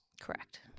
Correct